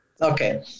Okay